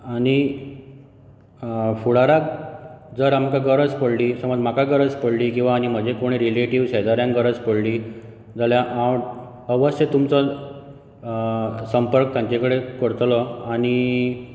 आनी फुडाराक जर आमकां गरज पडली समज म्हाका गरज पडली किंवा आनी म्हजे कोण रिलेटीव शेजाऱ्यांक गरज पडली जाल्या हांव अवश्य तुमचो संपर्क तांचे कडेन करतलो आनी